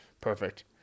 Perfect